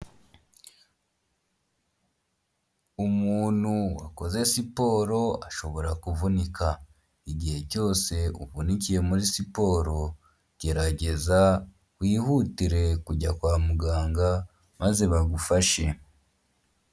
Umuntu wakoze siporo ashobora kuvunika. Igihe cyose uvunikiye muri siporo gerageza wihutire kujya kwa muganga maze bagufashe.